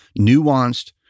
nuanced